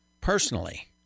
personally